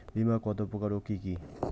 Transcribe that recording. বীমা কত প্রকার ও কি কি?